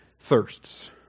thirsts